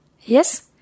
Yes